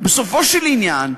בסופו של עניין,